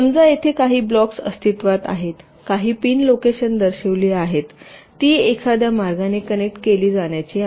समजा येथे काही ब्लॉक्स अस्तित्त्वात आहेत काही पिन लोकेशन दर्शविली आहेत ती एखाद्या मार्गाने कनेक्ट केली जाण्याची आहेत